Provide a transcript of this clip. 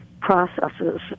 processes